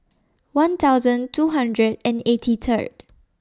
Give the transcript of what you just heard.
one thousand two hundred and eighty Third